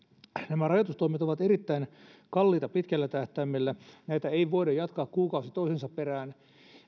nämä rajoitustoimet ovat erittäin kalliita pitkällä tähtäimellä niitä ei voida jatkaa kuukausi toisensa perään